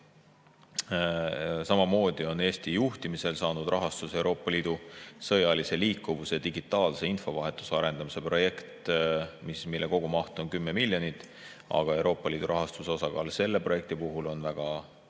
Samamoodi on Eesti juhtimisel saanud rahastuse Euroopa Liidu sõjalise liikuvuse digitaalse infovahetuse arendamise projekt, mille kogumaht on 10 miljonit, aga Euroopa Liidu rahastuse osakaal selle projekti puhul on väga